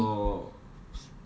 abang I